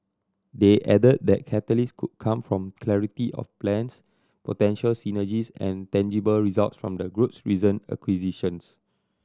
they added that catalysts could come from clarity of plans potential synergies and tangible results from the group's recent acquisitions